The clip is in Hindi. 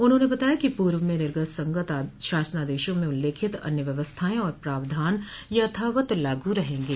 उन्होंने बताया कि पूर्व में निर्गत संगत शासनादशों में उल्लिखित अन्य व्यवस्थाएं और प्रावधान यथावत लागू रहेंगे